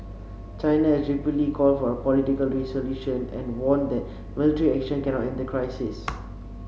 China called for a political resolution and warned that military action cannot end the crisis